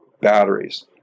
batteries